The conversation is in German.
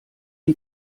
die